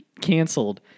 canceled